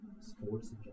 Sports